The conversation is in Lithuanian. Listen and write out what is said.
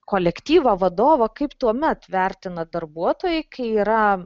kolektyvą vadovą kaip tuomet vertina darbuotojai kai yra